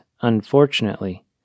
unfortunately